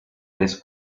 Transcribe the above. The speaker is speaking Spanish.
les